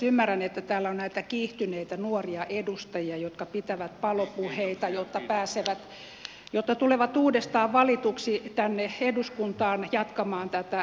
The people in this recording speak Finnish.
ymmärrän että täällä on näitä kiihtyneitä nuoria edustajia jotka pitävät palopuheita jotta tulevat uudestaan valituiksi tänne eduskuntaan jatkamaan tätä roskan puhumista